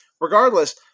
regardless